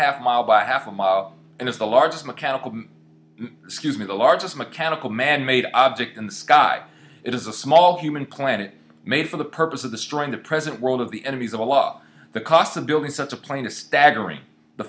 half mile by half a mile and is the largest mechanical scuse me the largest mechanical manmade object in the sky it is a small human planet made for the purpose of the strong to present world of the enemies of a lot the cost of building such a plane is staggering the